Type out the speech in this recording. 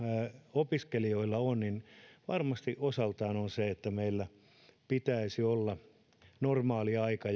opiskelijoilla on varmasti osa on sitä että meillä pitäisi olla normaaliaika